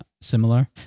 similar